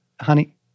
honey